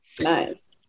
Nice